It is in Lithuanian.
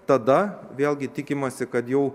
tada vėlgi tikimasi kad jau